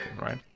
right